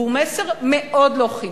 והוא מסר מאוד לא חינוכי.